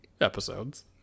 episodes